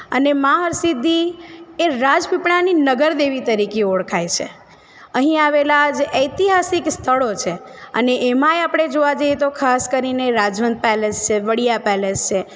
અને માં હરસિદ્ધિ એ રાજપીપળાની નગર દેવી તરીકે ઓળખાય છે અહીં આવેલા જ ઐતિહાસિક સ્થળો છે અને એમાંય આપણે જોવા જઈએ તો ખાસ કરીને રાજવંત પેલેસ છે વડીયા પેલેસ છે